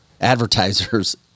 advertisers